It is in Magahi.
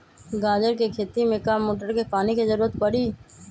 गाजर के खेती में का मोटर के पानी के ज़रूरत परी?